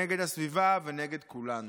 נגד הסביבה ונגד כולנו.